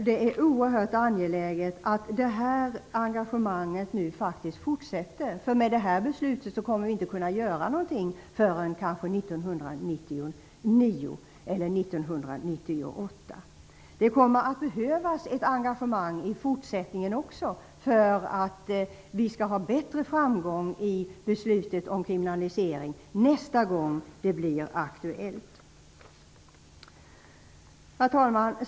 Det är oerhört angeläget att engagemanget nu fortsätter, eftersom vi med det beslut som vi nu kommer att fatta inte kommer att ha möjlighet att göra någonting förrän kanske 1999 eller 1998. Det kommer att behövas ett engagemang också i fortsättningen för att vi skall nå bättre framgång i beslutet om kriminalisering nästa gång det blir aktuellt. Herr talman!